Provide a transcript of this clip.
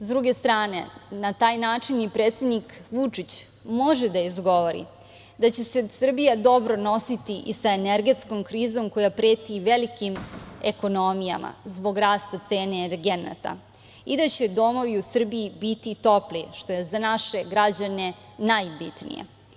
S druge strane, na taj način i predsednik Vučić može da izgovori da će se Srbija dobro nositi i sa energetskom krizom koja preti velikim ekonomijama, zbog rasta cene energenata i da će domovi u Srbiji biti topli, što je za naše građane najbitnije.